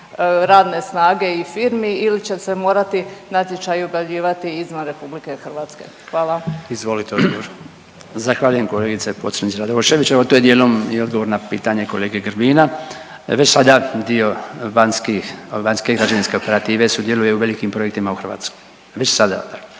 radne snage i firmi ili će se morati natječaji objavljivati izvan RH?Hvala. **Jandroković, Gordan (HDZ)** Izvolite odgovor. **Bačić, Branko (HDZ)** Zahvaljujem kolegice Pocrnić-Radošević. Evo, to je dijelom i odgovor na pitanje kolege Grbina. Već sada dio vanjskih, vanjske i građevinske operative sudjeluje u velikim projektima u Hrvatskoj. Već sada.